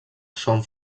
són